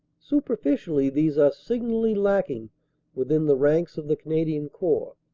superficially these are signally lacking within the ranks of the canadian corps.